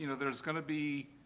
you know, there's going to be,